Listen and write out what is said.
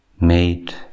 made